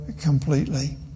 completely